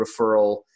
referral